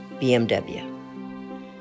BMW